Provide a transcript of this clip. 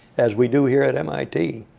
as we do here at mit,